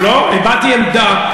הבעתי עמדה.